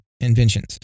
inventions